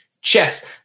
Chess